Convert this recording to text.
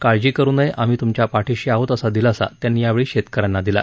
काळजी करु नये आम्ही तुमच्या पाठिशी आहोत असा दिलासा त्यांनी यावेळी शेतक यांना दिला